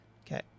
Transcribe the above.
Okay